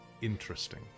interesting